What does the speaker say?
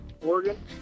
Oregon